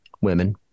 Women